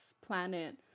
planet